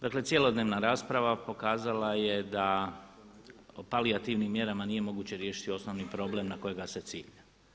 Dakle, cjelodnevna rasprava pokazala je da palijativnim mjerama nije moguće riješiti osnovni problem na kojega se cilja.